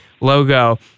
logo